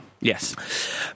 Yes